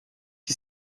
qui